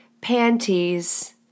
panties